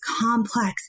complex